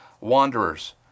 wanderers